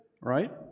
right